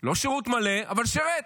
לא שירות מלא, אבל שירת.